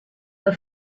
the